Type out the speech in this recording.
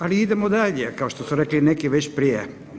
Ali idemo dalje, kao što su rekli neki već prije.